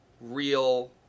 real